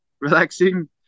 relaxing